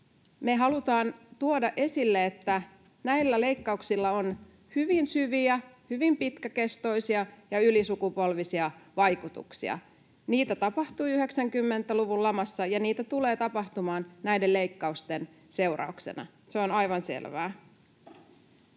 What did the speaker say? Me halutaan tuoda esille, että näillä leikkauksilla on hyvin syviä, hyvin pitkäkestoisia ja ylisukupolvisia vaikutuksia. Niitä tapahtui 90-luvun lamassa, ja niitä tulee tapahtumaan näiden leikkausten seurauksena. Se on aivan selvää.